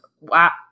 Wow